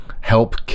help